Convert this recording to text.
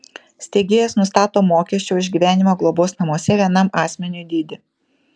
steigėjas nustato mokesčio už gyvenimą globos namuose vienam asmeniui dydį